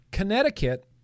Connecticut